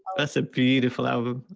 that's a beautiful album.